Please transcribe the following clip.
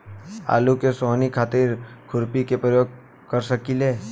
आलू में सोहनी खातिर खुरपी के प्रयोग कर सकीले?